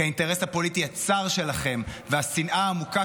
כי האינטרס הפוליטי הצר שלכם והשנאה העמוקה